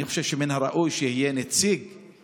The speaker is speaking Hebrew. אני חושב שמן הראוי שיהיה לפחות